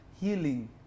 healing